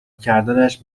کردنش